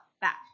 back